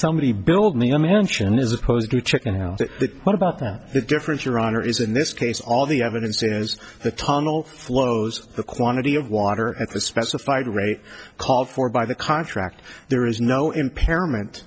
somebody build me a mansion as opposed to chicken house what about that the difference your honor is in this case all the evidence is the tunnel flows the quantity of water at the specified rate called for by the contract there is no impairment